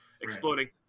exploding